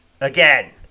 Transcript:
Again